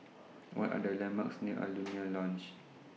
What Are The landmarks near Alaunia Lodge